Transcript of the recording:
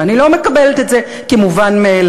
ואני לא מקבלת את זה כמובן מאליו.